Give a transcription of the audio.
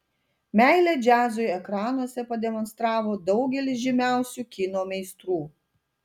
meilę džiazui ekranuose pademonstravo daugelis žymiausių kino meistrų